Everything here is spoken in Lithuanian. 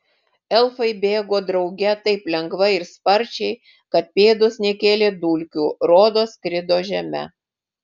elfai bėgo drauge taip lengvai ir sparčiai kad pėdos nekėlė dulkių rodos skrido žeme